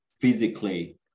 physically